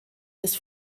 des